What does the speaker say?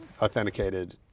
Authenticated